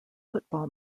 football